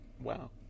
Wow